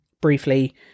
briefly